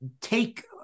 take